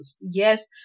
Yes